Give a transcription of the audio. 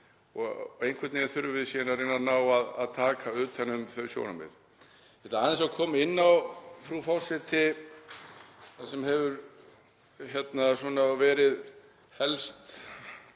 og einhvern veginn þurfum við síðan að reyna að ná að taka utan um þau sjónarmið. Ég ætla aðeins að koma inn á, frú forseti, það sem hefur verið helst